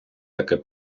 таке